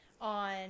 on